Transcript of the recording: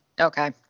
Okay